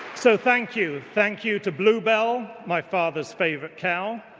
so thank you, thank you to bluebell, my father's favourite cow,